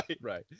right